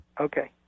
Okay